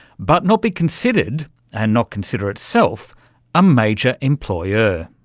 but not be considered and not consider itself a major employer.